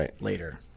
later